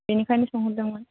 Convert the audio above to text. बेनिखायनो सोंहरदोंमोन